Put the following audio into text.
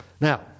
Now